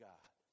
God